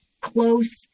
close